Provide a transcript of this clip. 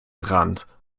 rand